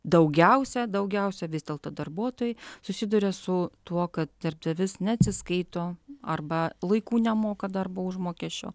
daugiausia daugiausia vis dėlto darbuotojai susiduria su tuo kad darbdavys neatsiskaito arba laiku nemoka darbo užmokesčio